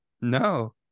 No